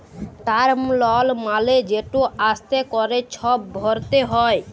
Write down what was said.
term লল মালে যেট আস্তে ক্যরে ছব ভরতে হ্যয়